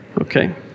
Okay